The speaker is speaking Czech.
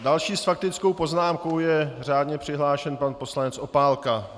Další s faktickou poznámku je řádně přihlášen pan poslanec Opálka.